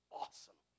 awesome